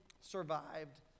survived